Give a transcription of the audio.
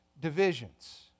divisions